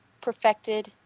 perfected